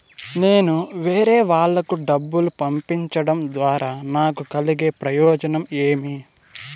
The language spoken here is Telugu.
నేను వేరేవాళ్లకు డబ్బులు పంపించడం ద్వారా నాకు కలిగే ప్రయోజనం ఏమి?